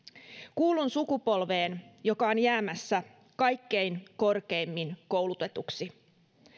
kuulun sukupolveen joka on jäämässä kaikkein korkeimmin koulutetuksi